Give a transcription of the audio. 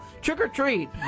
trick-or-treat